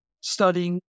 studying